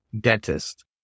dentist